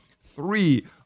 three